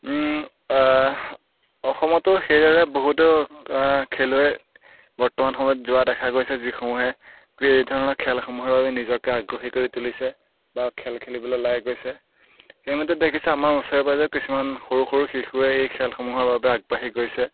অসমতো সেইদৰে বহুতো খেলুৱৈ বৰ্তমান সময়ত যোৱা দেখা গৈছে যিসমূহে এই ধৰণৰ খেলসমূহৰ বাবে নিজকে আগ্ৰহী কৰি তুলিছে বা খেল খেলিবলৈ ওলাই গৈছে সেইমতে দেখিছো আমাৰ ওচৰে পাঁজৰে কিছুমান সৰু সৰু শিশুৱে এই খেলসমূহৰ বাবে আগবাঢ়ি গৈছে